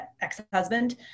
ex-husband